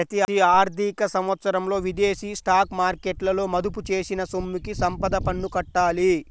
ప్రతి ఆర్థిక సంవత్సరంలో విదేశీ స్టాక్ మార్కెట్లలో మదుపు చేసిన సొమ్ముకి సంపద పన్ను కట్టాలి